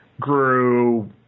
grew